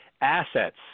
assets